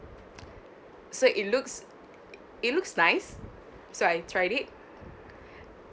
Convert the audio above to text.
so it looks it looks nice so I tried it